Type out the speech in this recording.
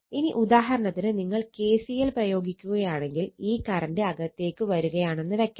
ഇനി ഉദാഹരണത്തിന് നിങ്ങൾ KCL പ്രയോഗിക്കുകയാണെങ്കിൽ ഈ കറണ്ട് അകത്തേക്ക് വരുകയാണെന്ന് വെക്കാം